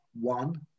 one